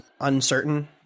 uncertain